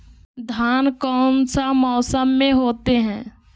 धान कौन सा मौसम में होते है?